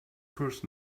first